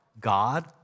God